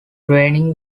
draining